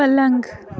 پلنٛگ